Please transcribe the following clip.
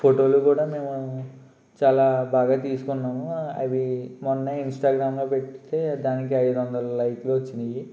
ఫోటోలు కూడా మేము చాలా బాగా తీసుకున్నాము అవి మొన్న ఇంస్టాగ్రామ్లో పెట్టితే దానికి ఐదు వందలు లైకులు వచ్చినాయి